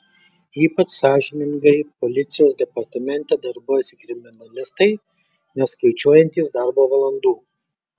ypač sąžiningai policijos departamente darbuojasi kriminalistai neskaičiuojantys darbo valandų